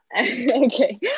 okay